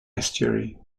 estuary